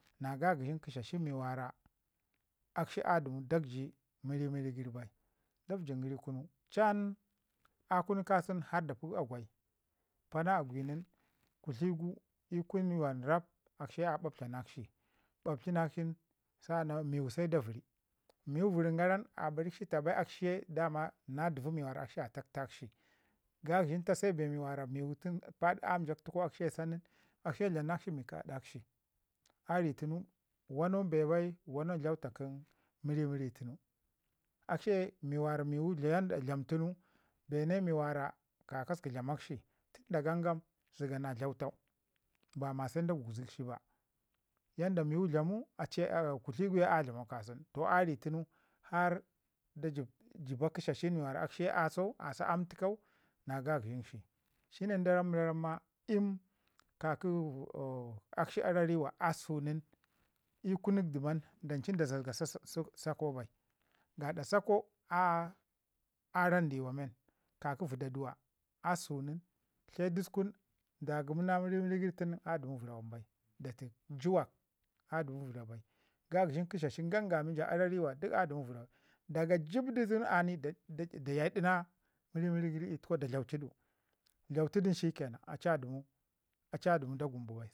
Na gagəshin kəshaskin mi wara akshi a dəmu dakji mirimiri gəri bai. Dafjin gəri kunu chan a kunu kasan har da pii agwi pana agwi nin kutligu ikun yawan rap akshi ye a ɓaɓtlanakshi, ɓaɓtlinakshi sa an nan miwu se da vəri, miwu vərin garan a barikshi taa bai daman akshi ye na dəvo mi wara akshi a taa taakshi gagəshin ta se bee wara miwu tun taau paɗi aam təkau nin akshi yi dlam nakshi mi kə aɗakshi. Ari tunu wanau bee bai wanau tlauta kə mirimiri tunu akshi ye bee wara miwu dlam tunu bee ne mi kakasəku dlamakshi tun da gangam zəgona tlautau ba ma se da gugzikshi ba. Yanda minwu dlamu kutli gu ke a dlamau ka sunu toh a ri tunu har da jəb bəba kəshashin mi wara akshi ye a sau a paɗa aam təkau na gagəshin shi. Shine nda ram da ramma iim akshi arariwa a susu nin ikun dəman danci da zazazga sa sakau bai gaɗa sakau a raan ndawa men ka ki vadaduwa a susu nin tle duskun da ci ndagumu na mirimiri gəri tunu a dəmu vəra wam bai. Juwak a dəmu vəre bai gagəshin kəshashin gangamin ka ki ja arariwa adəmu vəra bai. Daga jəbdu tun a ni da yaadi na mirimiri təkau da dlauci du dlautudun shikke nana, a ci a dəmu a ci a dəmu vəra bai.